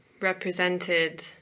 represented